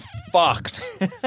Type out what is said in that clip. fucked